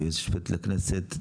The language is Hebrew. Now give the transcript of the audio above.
והיועצת המשפטית לכנסת.